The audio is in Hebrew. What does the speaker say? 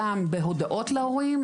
גם בהודעות להורים,